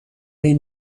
این